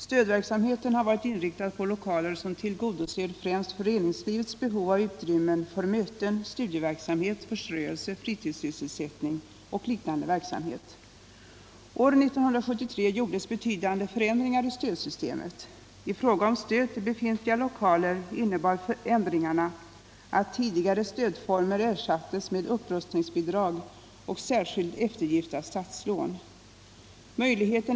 Stödverksamheten har varit inriktad på lokaler som tillgodoser främst föreningslivets behov av utrymmen för möten, studieverksamhet, förströelse, fritidssysselsättning och liknande verksamhet.